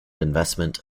investment